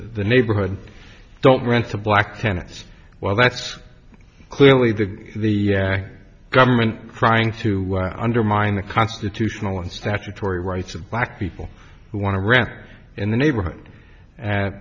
the neighborhood don't rent to black tennis while that's clearly the the government trying to undermine the constitutional and statutory rights of black people who want to rent in the neighborhood a